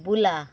বুলা